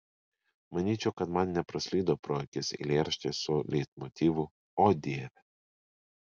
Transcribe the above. manyčiau kad man nepraslydo pro akis eilėraštis su leitmotyvu o dieve